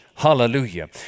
Hallelujah